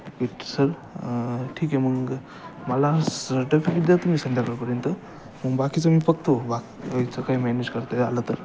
it sir ठीक आहे मग मला सर्टफिकेट द्या तुम्ही संध्याकाळपर्यंत मग बाकीचं मी बघतो वा याचं काही मॅनेज करत आहे आलं तर